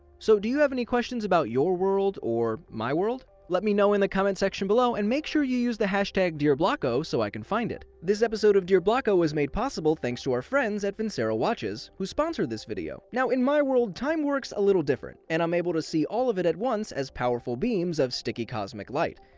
so do you have questions about your world, or my world? let me know in the comment section below, and make sure you use the hashtag dearblocko so i can find it! this episode of dear blocko was made possible thanks to our friends at vincero watches, who sponsored this video. now in my world time works a little different, and i'm able to see all of it at once as powerful beams of sticky cosmic light.